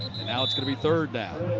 and now it's going to be third down.